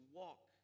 walk